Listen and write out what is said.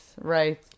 Right